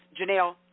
Janelle